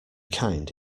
kind